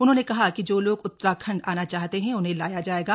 उन्होंने कहा कि जो लोग उत्तराखण्ड आना चाहते हैं उन्हें लाया जाएगा